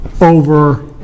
over